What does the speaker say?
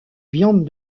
viande